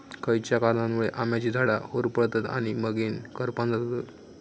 खयच्या कारणांमुळे आम्याची झाडा होरपळतत आणि मगेन करपान जातत?